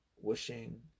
wishing